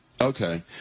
Okay